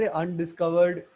undiscovered